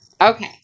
Okay